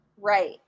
Right